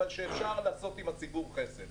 אבל שאפשר לעשות עם הציבור חסד.